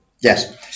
Yes